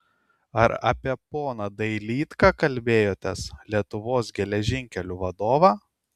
ar apie poną dailydką kalbėjotės lietuvos geležinkelių vadovą